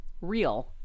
real